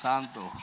Santo